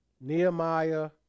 Nehemiah